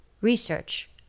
research